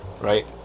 right